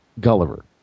Gulliver